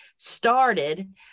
started